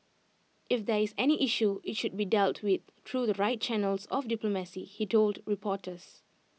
if there is any issue IT should be dealt with through the right channels of diplomacy he told reporters